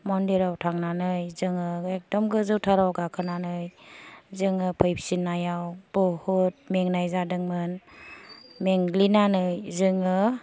मन्दिराव थांनानै जोङो एकदम गोजौथाराव गाखोनानै जोङो फैफिनायाव बुहुत मेंनाय जादोंमोन मेंग्लिनानै जोङो